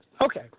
Okay